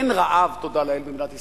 אין רעב, תודה לאל, במדינת ישראל,